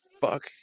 fuck